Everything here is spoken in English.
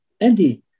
Andy